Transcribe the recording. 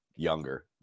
younger